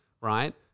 right